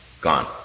Gone